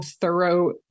thorough